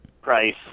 Price